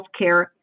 healthcare